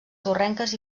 sorrenques